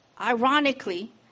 Ironically